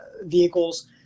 vehicles